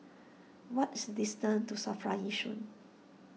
what is the distance to Safra Yishun